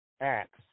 acts